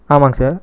ஆமாம்ங்க சார்